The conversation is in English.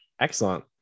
Excellent